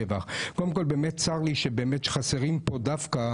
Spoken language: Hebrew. קודם כול, באמת צר לי שחסרה פה דווקא